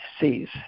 sees